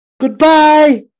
Goodbye